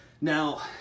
Now